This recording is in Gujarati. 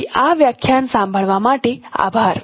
તેથી આ વ્યાખ્યાન સાંભળવા માટે આભાર